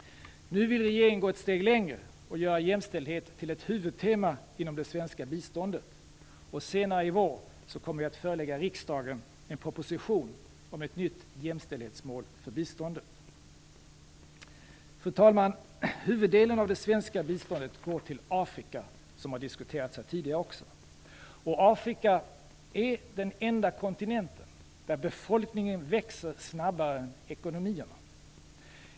Nu vill regeringen gå ett steg längre och göra jämställdhet till ett huvudtema inom det svenska biståndet. Senare i vår kommer vi att förelägga riksdagen en proposition om ett nytt jämställdhetsmål för biståndet. Fru talman! Huvuddelen av det svenska biståndet går till Afrika, vilket har diskuterats här tidigare. Afrika är den enda kontinenten där befolkningen växer snabbare än ekonomierna.